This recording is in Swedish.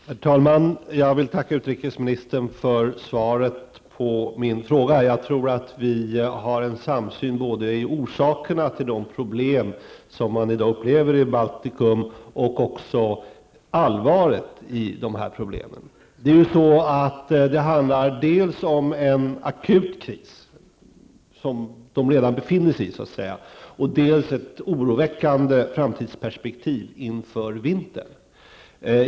Herr talman! Jag vill tacka utrikesministern för svaret på min fråga. Jag tror att vi har en samsyn både när det gäller orsakerna till de problem som man i dag upplever i Baltikum och när det gäller allvaret i de här problemen. Det handlar dels om en akut kris som de redan befinner sig i, dels om ett oroväckande framtidsperspektiv inför vintern.